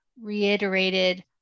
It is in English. reiterated